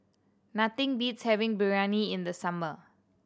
nothing beats having Biryani in the summer